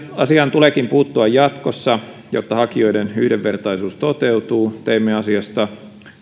asiaan tuleekin puuttua jatkossa jotta hakijoiden yhdenvertaisuus toteutuu teimme asiasta